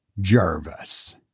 Jarvis